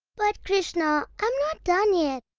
but, krishna i am not done yet!